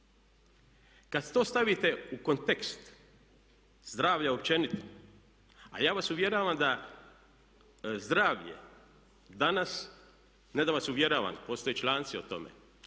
Kada to stavite u kontekst zdravlja općenito. A ja vas uvjeravam da zdravlje danas, ne da vas uvjeravam, postoje članci o tome,